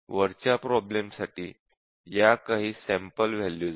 वरच्या प्रॉब्लेम साठी या काही सॅम्पल वॅल्यूज आहेत